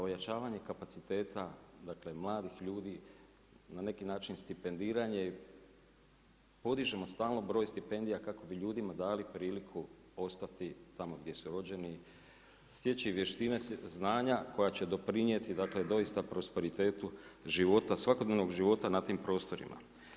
Ojačavanje kapaciteta, dakle mladih ljudi, na neki način stipendiranje, podižemo stalno broj stipendija, kako bi ljudi dali priliku ostati tamo gdje su rođeni, stječi vještine, znanja koja će doprinijeti doista prosperitetu života, svakodnevnog života na tim prostorima.